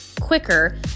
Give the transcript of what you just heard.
quicker